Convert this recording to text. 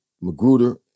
Magruder